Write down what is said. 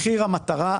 מחיר המטרה,